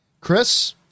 Chris